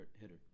hitter